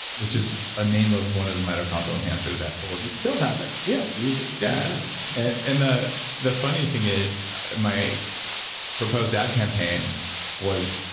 which is a name of one of the mitochondrial enhancers that bullet you still have it. yeah, you use it in the yeah. and the the funny thing is my proposed ad campaign was,